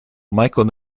michael